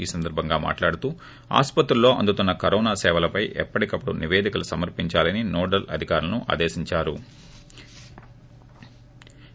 ఈ సందర్బంగా మాట్లాడుతూ ఆసుపత్రుల్లో అందుతున్న కరోనా సేవలపై ఎప్పటికప్పుడు నిపేదికలు సమర్పిందాలని నోడల్ అధికారులను ఆదేశించారు